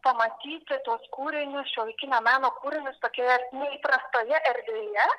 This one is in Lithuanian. pamatyti tuos kūrinius šiuolaikinio meno kūrinius tokioje neįprastoje erdvėje